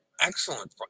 excellent